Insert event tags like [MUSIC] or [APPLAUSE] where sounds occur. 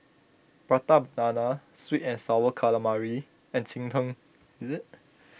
Prata Banana Sweet and Sour Calamari and Cheng Tng [UNINTELLIGIBLE]